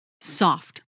Soft